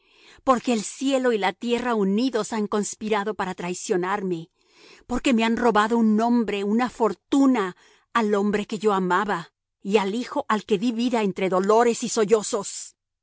porque el cielo y la tierra unidos han conspirado para traicionarme porque me han robado un nombre una fortuna al hombre que yo amaba y al hijo al que di vida entre dolores y sollozos